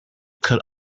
could